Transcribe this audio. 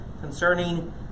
concerning